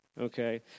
okay